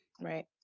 Right